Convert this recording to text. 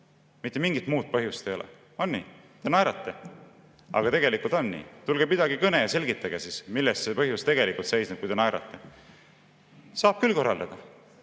mitte mingit muud põhjust ei ole. On nii? Te naerate, aga tegelikult on nii. Tulge, pidage kõne ja selgitage, milles see põhjus tegelikult seisneb, kui te naerate. Saab küll korraldada!